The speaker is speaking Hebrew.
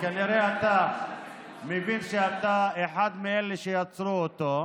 וכנראה אתה מבין שאתה אחד מאלה שיצרו אותו,